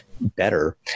better